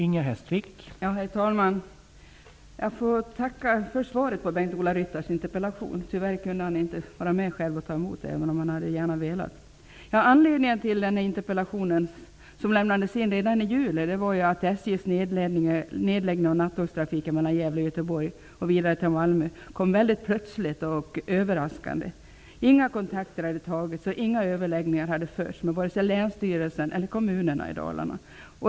Herr talman! Jag ber att få tacka för svaret på Bengt-Ola Ryttars interpellation. Tyvärr kunde han inte vara med själv och ta emot det, även om han gärna hade velat. Anledningen till den här interpellationen, som lämnades in redan i juli, var att SJ:s nedläggning av nattågstrafiken mellan Gävle och Göteborg och vidare till Malmö kom mycket plötsligt och överraskande. Inga kontakter hade tagits och inga överläggningar hade förts med vare sig länsstyrelsen eller kommunerna i Dalarna.